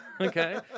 Okay